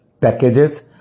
packages